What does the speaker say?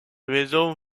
maison